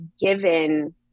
given